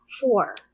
Four